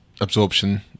absorption